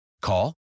Call